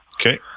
Okay